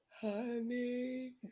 Honey